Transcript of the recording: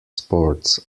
sports